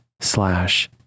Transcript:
slash